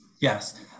Yes